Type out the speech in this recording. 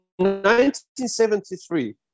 1973